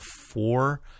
four